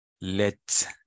let